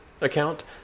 account